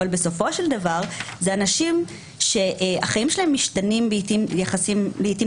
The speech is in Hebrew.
אבל בסופו של דבר אלה אנשים שהחיים שלהם משתנים לעתים קרובות,